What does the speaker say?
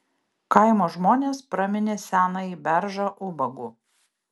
kaimo žmonės praminė senąjį beržą ubagu